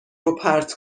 روپرت